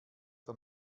der